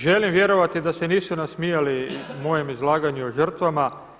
Želim vjerovati da se nisu nasmijali mojem izlaganju o žrtvama.